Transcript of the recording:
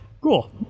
cool